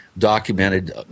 documented